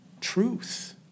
Truth